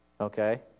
Okay